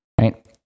right